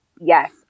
Yes